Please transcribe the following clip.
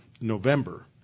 November